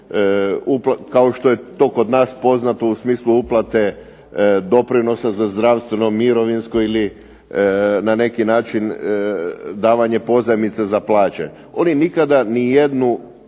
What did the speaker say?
kao što je to kod nas poznato u smislu uplate doprinosa za zdravstveno, mirovinsko ili na neki način davanje pozajmica za plaće. Oni nikada nijednu